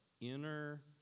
inner